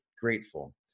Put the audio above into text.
grateful